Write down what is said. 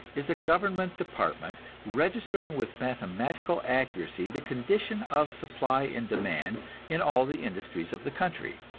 is a government department, registering with mathematical accuracy the condition of supply and demand in all the industries of the country.